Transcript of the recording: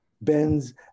bends